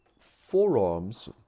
forearms